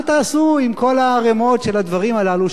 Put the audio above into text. מה תעשו עם כל הערימות של הדברים הללו,